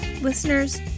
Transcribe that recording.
Listeners